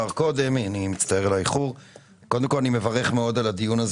אני מברך מאוד על הדיון,